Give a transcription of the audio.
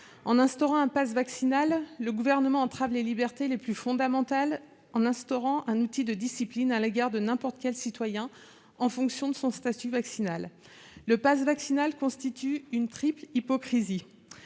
En instaurant un passe vaccinal, le Gouvernement entrave les libertés les plus fondamentales en se dotant d'un outil de discipline à l'égard de n'importe quel citoyen, en fonction de son statut vaccinal. Le passe vaccinal s'appuie sur une triple hypocrisie.